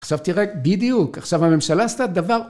עכשיו תראה, בדיוק, עכשיו הממשלה עשתה דבר...